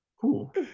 Cool